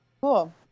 cool